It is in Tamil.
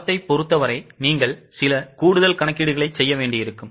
தரத்தைப் பொருத்தவரை நீங்கள் சில கூடுதல் கணக்கீடுகளைச் செய்ய வேண்டியிருக்கும்